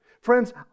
Friends